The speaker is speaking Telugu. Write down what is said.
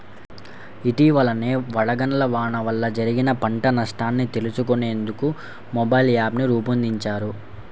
ఇటీవలనే వడగళ్ల వాన వల్ల జరిగిన పంట నష్టాన్ని తెలుసుకునేందుకు మొబైల్ యాప్ను రూపొందించారు